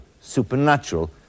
supernatural